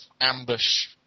ambush